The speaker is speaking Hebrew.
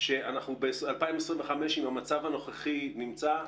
שב-2025 אם המצב הנוכחי נמצא,